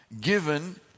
given